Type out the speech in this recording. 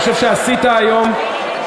אני חושב שעשית היום,